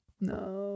No